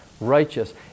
righteous